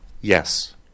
Yes